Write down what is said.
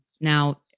now